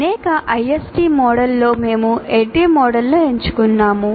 అనేక ISD మోడళ్లలో మేము ADDIE మోడల్ను ఎంచుకున్నాము